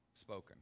spoken